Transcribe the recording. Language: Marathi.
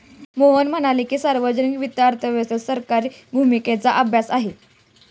मोहन म्हणाले की, सार्वजनिक वित्त अर्थव्यवस्थेत सरकारी भूमिकेचा अभ्यास आहे